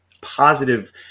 positive